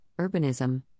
urbanism